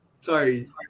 Sorry